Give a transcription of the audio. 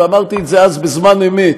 ואמרתי את זה אז בזמן אמת,